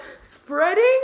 spreading